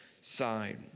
side